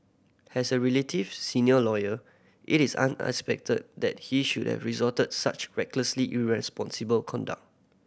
has a relative senior lawyer it is that he should have resorted such recklessly irresponsible conduct